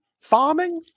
farming